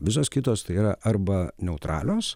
visos kitos tai yra arba neutralios